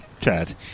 chat